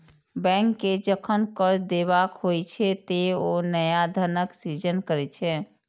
bank कें जखन कर्ज देबाक होइ छै, ते ओ नया धनक सृजन करै छै